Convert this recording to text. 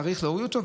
צריך להוריד אותו,